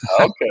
Okay